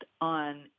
on